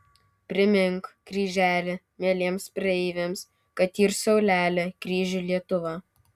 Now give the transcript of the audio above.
primink kryželi mieliems praeiviams kad yr saulelė kryžių lietuva